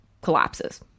collapses